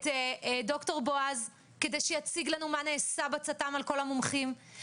את ד"ר בעז כדי שיציג לנו מה נעשה בצט"ם על כל המומחים,